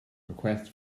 requests